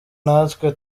natwe